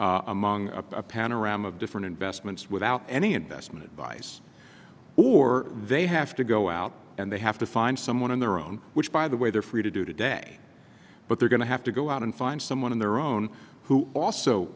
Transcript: assets among a panorama of different investments without any investment advice or they have to go out and they have to find someone on their own which by the way they're free to do today but they're going to have to go out and find someone of their own who also